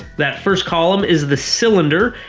that first column is the cylinder,